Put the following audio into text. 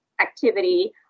activity